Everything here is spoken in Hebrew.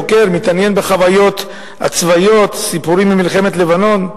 חוקר ומתעניין בחוויות הצבאיות ובסיפורים ממלחמת לבנון.